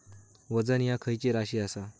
वजन ह्या खैची राशी असा?